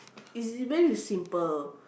is very simple